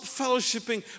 fellowshipping